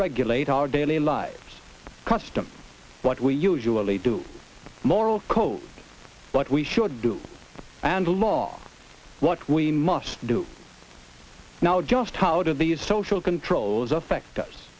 regulate our daily lives custom what we usually do moral code what we should do and the law what we must do now just how do these social controls affect us